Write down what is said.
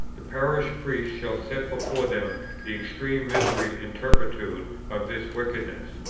the parish priest shall set before them the extreme misery and turpitude of this wickedness.